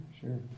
sure